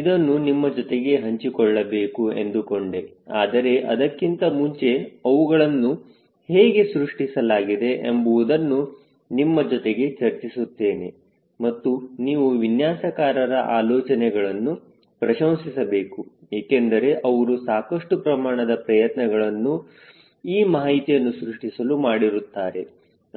ಇದನ್ನು ನಿಮ್ಮ ಜೊತೆಗೆ ಹಂಚಿಕೊಳ್ಳಬೇಕು ಎಂದುಕೊಂಡೆ ಆದರೆ ಅದಕ್ಕಿಂತ ಮುಂಚೆ ಅವುಗಳನ್ನು ಹೇಗೆ ಸೃಷ್ಟಿಸಲಾಗಿದೆ ಎಂಬುವುದನ್ನು ನಿಮ್ಮ ಜೊತೆಗೆ ಚರ್ಚಿಸುತ್ತೇನೆ ಮತ್ತು ನೀವು ವಿನ್ಯಾಸಕಾರರ ಆಲೋಚನೆಗಳನ್ನು ಪ್ರಶಂಸಿಸಬೇಕು ಏಕೆಂದರೆ ಅವರು ಸಾಕಷ್ಟು ಪ್ರಮಾಣದ ಪ್ರಯತ್ನಗಳನ್ನು ಈ ಮಾಹಿತಿಯನ್ನು ಸೃಷ್ಟಿಸಲು ಮಾಡಿರುತ್ತಾರೆ